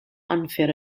unfair